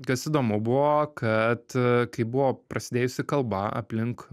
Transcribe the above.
kas įdomu buvo kad kai buvo prasidėjusi kalba aplink